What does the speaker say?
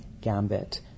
gambit